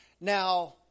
now